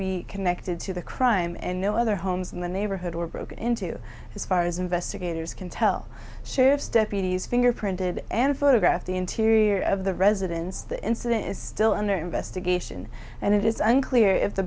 be connected to the crime and no other homes in the neighborhood were broken into as far as investigators can tell sheriff's deputies fingerprinted and photographed the interior of the residence the incident is still under investigation and it is unclear if the